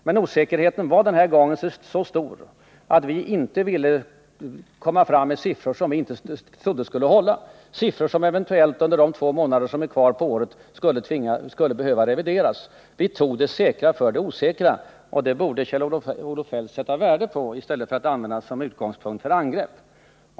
Men osäkerheten var den här gången så stor att vi inte ville redovisa siffror som vi inte trodde skulle hålla, siffror som skulle behöva revideras under de två månader som är kvar på året. Vi tog det säkra före det osäkra, och det borde Kjell-Olof Feldt sätta värde på och inte använda som utgångspunkt för angrepp.